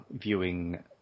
viewing